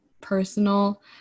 personal